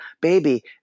baby